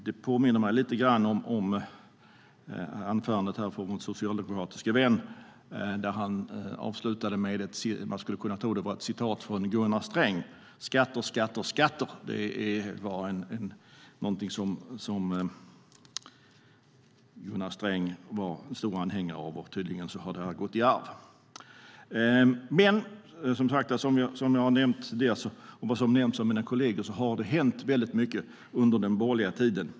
Det påminner mig lite grann om anförandet från vår socialdemokratiske vän där han avslutade med något man skulle kunna tro var ett citat från Gunnar Sträng: skatter, skatter, skatter. Det var någonting Gunnar Sträng var en stor anhängare av, och tydligen har detta gått i arv. Som jag har nämnt och som har nämnts av mina kolleger har det dock hänt väldigt mycket under den borgerliga tiden.